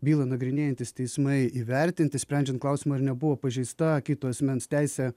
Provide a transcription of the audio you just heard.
bylą nagrinėjantys teismai įvertinti sprendžiant klausimą ar nebuvo pažeista kito asmens teisė